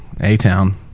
A-Town